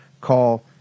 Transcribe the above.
call